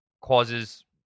causes